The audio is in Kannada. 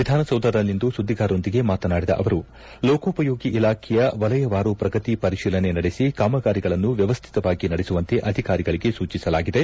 ವಿಧಾನಸೌಧದಲ್ಲಿಂದು ಸುದ್ದಿಗಾರರೊಂದಿಗೆ ಮಾತನಡಿದ ಅವರು ಲೋಕೋಪಯೋಗಿ ಇಲಾಖೆಯ ವಲಯವಾರು ಪ್ರಗತಿ ಪರಿಶೀಲನೆ ನಡೆಸಿ ಕಾಮಗಾರಿಗಳನ್ನು ವ್ಯವಸ್ಥಿತವಾಗಿ ನಡೆಸುವಂತೆ ಅಧಿಕಾರಿಗಳಿಗೆ ಸೂಚಿಸಿಲಾಗಿದೆ